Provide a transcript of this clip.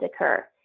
occur